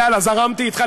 לצחוק, יאללה, זרמתי אתך.